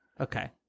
Okay